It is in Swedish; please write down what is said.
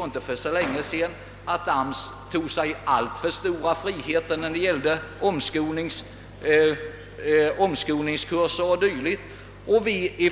Man ansåg då att AMS tog sig alltför stora friheter när det gällde omskolningskurser och dylikt.